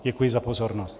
Děkuji za pozornost.